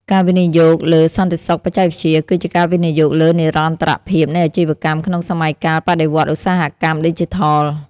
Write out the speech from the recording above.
ការវិនិយោគលើសន្តិសុខបច្ចេកវិទ្យា គឺជាការវិនិយោគលើនិរន្តរភាពនៃអាជីវកម្មក្នុងសម័យកាលបដិវត្តឧស្សាហកម្មឌីជីថល។